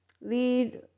lead